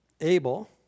Abel